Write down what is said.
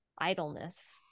idleness